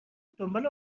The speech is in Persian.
دنبال